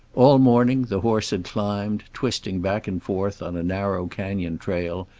all morning the horse had climbed, twisting back and forth on a narrow canyon trail,